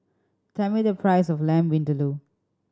tell me the price of Lamb Vindaloo